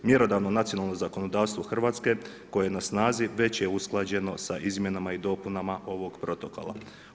Mjerodavno nacionalno zakonodavstvo Hrvatske koje je na snazi već je usklađeno sa izmjenama i dopunama ovog Protokola.